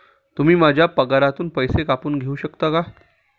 तुम्ही माझ्या पगारातून पैसे कापून घेऊ शकता का?